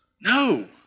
No